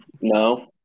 No